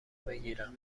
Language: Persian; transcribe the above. بگیرم